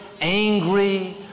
angry